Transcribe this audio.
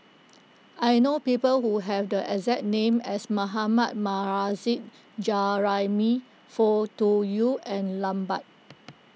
I know people who have the exact name as Mohammad Nurrasyid Juraimi Foo Tui Liew and Lambert